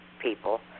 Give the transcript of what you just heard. people